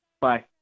bye